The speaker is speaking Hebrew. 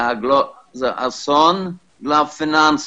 זה אסון פיננסי.